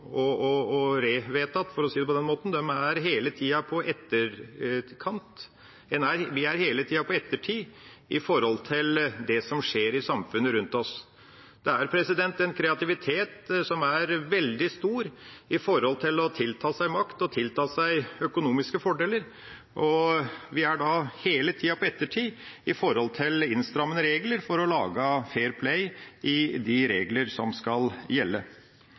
Stortingets lover som blir vedtatt, og revedtatt, for å si det på den måten, er vi hele tida på etterskudd, vi er hele tida på etterskudd i forhold til det som skjer i samfunnet rundt oss. Det er en kreativitet som er veldig stor i forhold til å tilta seg makt og tilta seg økonomiske fordeler, og vi er da hele tida på etterskudd i forhold til innstrammende regler for å få til fair play med hensyn til de regler som skal gjelde.